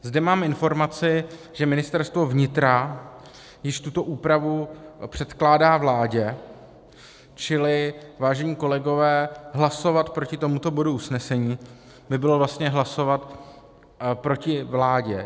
Zde mám informaci, že Ministerstvo vnitra již tuto úpravu předkládá vládě, čili vážení kolegové, hlasovat proti tomuto bodu usnesení by bylo vlastně hlasovat proti vládě.